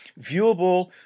viewable